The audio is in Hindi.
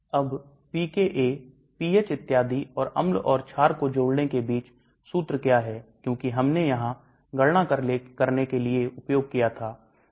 अब pKa pH इत्यादि और अम्ल और छार को जोड़ने के बीच सूत्र क्या है क्योंकि हमने यहां गणना करने के लिए उपयोग किया था